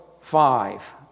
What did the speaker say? five